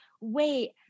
wait